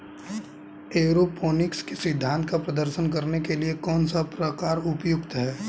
Aeroponics के सिद्धांत का प्रदर्शन करने के लिए कौन सा प्रकार उपयुक्त है?